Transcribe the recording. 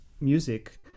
music